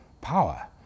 power